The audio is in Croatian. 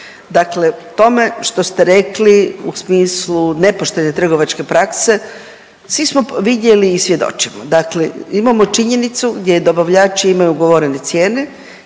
Dakle, tome što ste rekli u smislu nepoštene trgovačke prakse svi smo vidjeli i svjedočimo. Dakle, imamo činjenicu gdje dobavljači imaju ugovorene cijene.